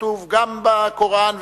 כתוב גם בקוראן,